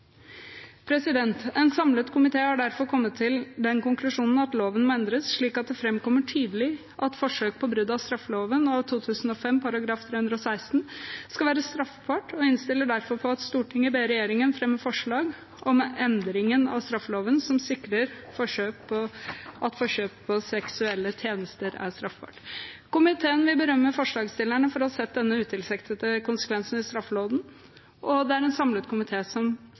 En samlet komité har derfor kommet til den konklusjonen at loven må endres, slik at det framkommer tydelig at forsøk på brudd på straffeloven av 2005 § 316 skal være straffbart, og innstiller derfor på at Stortinget ber regjeringen fremme forslag om endring av straffeloven som sikrer at forsøk på kjøp av seksuelle tjenester er straffbart. Komiteen vil berømme forslagsstillerne for å ha sett denne utilsiktede konsekvensen i straffeloven, og en samlet komité fremmer følgende forslag: «Stortinget ber regjeringen fremme forslag om endring av straffeloven som